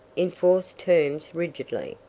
enforce terms rigidly.